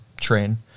train